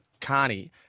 Carney